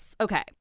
Okay